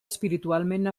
espiritualment